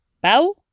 bow